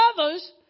others